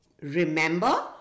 Remember